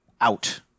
out